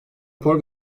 rapor